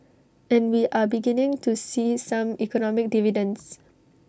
and we are beginning to see some economic dividends